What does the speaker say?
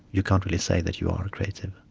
you can't really say that you are creative.